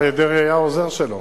אריה דרעי היה העוזר שלו.